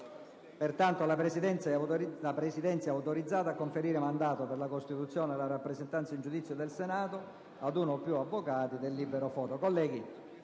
pertanto autorizzata a conferire mandato per la costituzione e la rappresentanza in giudizio del Senato ad uno o più avvocati del libero Foro.